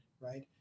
right